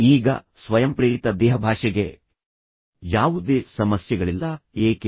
ಈಗ ಸ್ವಯಂಪ್ರೇರಿತ ದೇಹಭಾಷೆಗೆ ಯಾವುದೇ ಸಮಸ್ಯೆಗಳಿಲ್ಲ ಏಕೆ